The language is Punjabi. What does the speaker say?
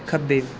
ਖੱਬੇ